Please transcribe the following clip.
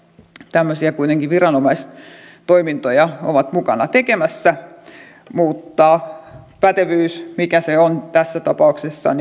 tämmöisiä kuitenkin viranomaistoimintoja ovat mukana tekemässä mutta pätevyys mikä se on tässä tapauksessa on